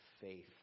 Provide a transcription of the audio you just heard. faith